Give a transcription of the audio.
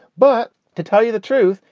but to tell you the truth,